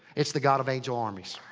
it's the god of angel armies.